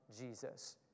Jesus